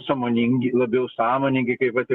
sąmoningi labiau sąmoningi kaip vat ir